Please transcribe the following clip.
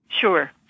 Sure